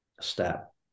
step